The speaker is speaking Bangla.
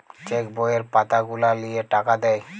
চেক বইয়ের পাতা গুলা লিয়ে টাকা দেয়